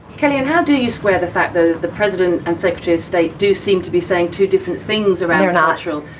kind of how do you square the fact that the president and secretary of state do seem to be saying two different things about international?